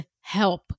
help